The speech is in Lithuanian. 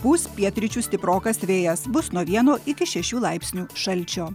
pūs pietryčių stiprokas vėjas bus nuo vieno iki šešių laipsnių šalčio